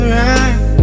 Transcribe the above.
right